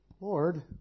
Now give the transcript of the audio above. Lord